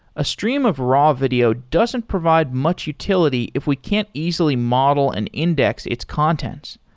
a stream of raw video doesn't provide much utility if we can't easily model and index its contents.